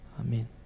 Amen